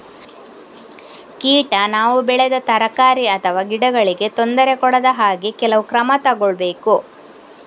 ಕೀಟ ನಾವು ಬೆಳೆದ ತರಕಾರಿ ಅಥವಾ ಗಿಡಗಳಿಗೆ ತೊಂದರೆ ಕೊಡದ ಹಾಗೆ ಕೆಲವು ಕ್ರಮ ತಗೊಳ್ಬೇಕು